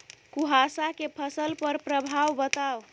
कुहासा केँ फसल पर प्रभाव बताउ?